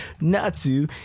Natsu